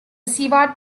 seward